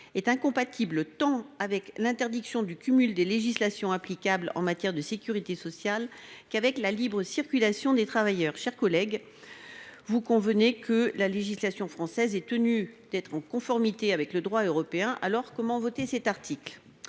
incompatible tant avec l’interdiction du cumul des législations applicables en matière de sécurité sociale qu’avec la libre circulation des travailleurs. Mes chers collègues, vous conviendrez que la législation française est tenue d’être en conformité avec le droit européen. Dès lors, comment voter cet article ?